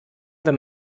wenn